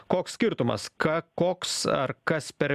koks skirtumas ką koks ar kas per